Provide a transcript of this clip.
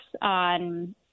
on